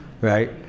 right